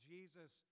Jesus